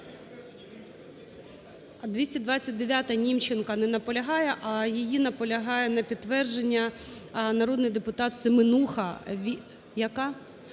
229-а Німченка. Не наполягає. А її наполягає на підтвердження народний депутат Семенуха… Яка?